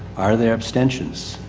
are there abstentions?